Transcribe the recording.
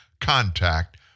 contact